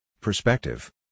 Perspective